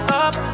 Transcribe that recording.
up